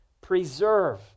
preserve